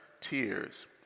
tears